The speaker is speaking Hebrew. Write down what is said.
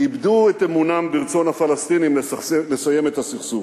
איבדו את אמונם ברצון הפלסטינים לסיים את הסכסוך.